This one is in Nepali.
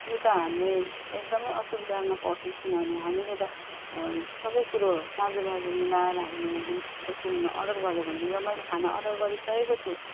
यो त हाम्रै एकदमै असुविधामा पर्छौँ किनभने हामीले त सबैकुरो चाँजोपाँजो मिलाएर हामीले एकदम रेस्ट्ररेन्टमा अर्डर गरेको हुन्छौँ र मैले खाना अर्डर गरिसकेको छु